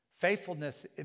Faithfulness